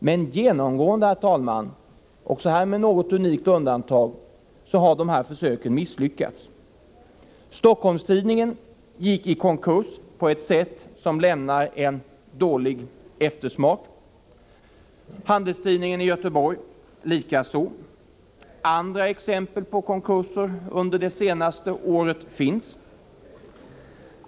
Men genomgående — också här med något unikt undantag — har dessa försök misslyckats. Stockholms-Tidningen gick i konkurs på ett sätt som lämnade dålig eftersmak, Handelstidningen i Göteborg likaså. Andra exempel på konkurser under det senaste året finns.